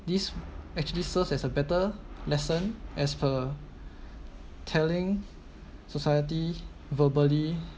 this actually serves as a better lesson as per telling society verbally